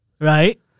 Right